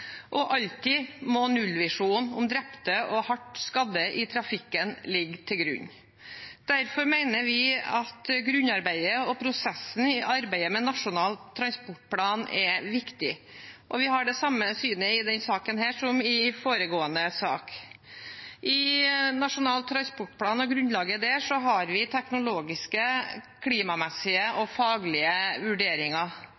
og alltid må nullvisjonen om drepte og hardt skadde i trafikken ligge til grunn. Derfor mener vi at grunnarbeidet og prosessen i arbeidet med Nasjonal transportplan er viktig, og vi har det samme synet i denne saken som i foregående sak. I Nasjonal transportplan og grunnlaget der har vi teknologiske, klimamessige